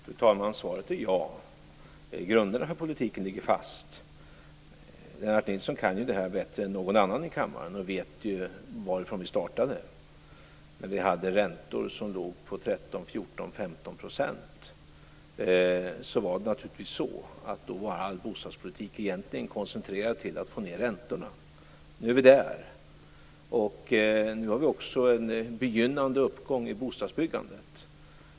Fru talman! Svaret är ja. Grunderna för politiken ligger fast. Lennart Nilsson kan detta bättre än någon annan i kammaren och vet varifrån vi startade. Vi hade räntor som låg på 13 %, 14 % och 15 %. Då var naturligtvis all bostadspolitik egentligen koncentrerad till att få ned räntorna. Nu är vi där. Nu har vi också en begynnande uppgång i bostadsbyggandet.